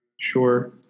sure